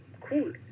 cool